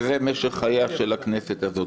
וזה משך חייה של הכנסת הזאת.